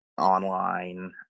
online